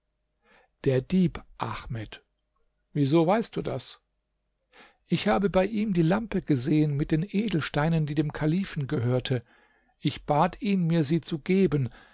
der dieb ahmed wieso weißt du das ich habe bei ihm die lampe gesehen mit den edelsteinen die dem kalifen gehörte ich bat ihn mir sie zu geben